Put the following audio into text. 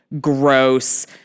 gross